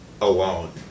Alone